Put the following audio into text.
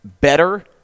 better